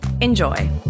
Enjoy